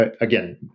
Again